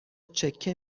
چکه